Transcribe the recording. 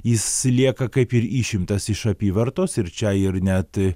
jis lieka kaip ir išimtas iš apyvartos ir čia ir net